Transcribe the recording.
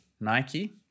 Nike